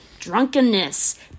drunkenness